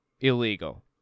illegal